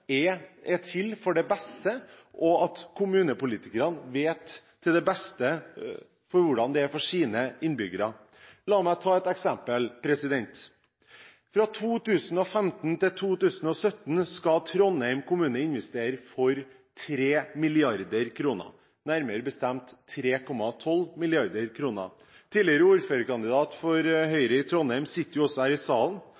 til at kommunepolitikerne vet hva som er til det beste for deres innbyggere. La meg ta et eksempel: Fra 2015 til 2017 skal Trondheim kommune investere for 3 mrd. kr – nærmere bestemt 3,12 mrd. kr. Tidligere ordførerkandidat for